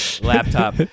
laptop